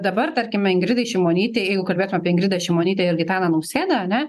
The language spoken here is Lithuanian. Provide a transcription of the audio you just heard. dabar tarkime ingridai šimonytei jeigu kalbėtume apie ingridą šimonytę ir gitaną nausėdą ane